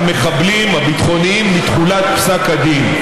המחבלים הביטחוניים, מתחולת פסק הדין.